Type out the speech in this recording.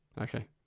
Okay